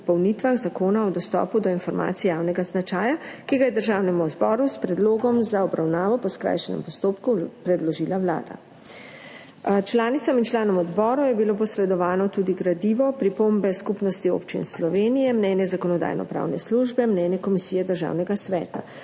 dopolnitvah Zakona o dostopu do informacij javnega značaja, ki ga je Državnemu zboru s predlogom za obravnavo po skrajšanem postopku predložila Vlada. Članicam in članom odbora je bilo posredovano tudi gradivo, pripombe Skupnosti občin Slovenije, mnenje Zakonodajno-pravne službe, mnenje Komisije Državnega sveta.